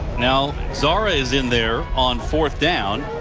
now zahra is in there on fourth down.